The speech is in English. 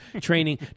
training